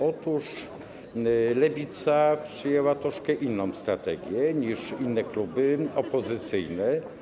Otóż Lewica przyjęła inną strategię niż inne kluby opozycyjne.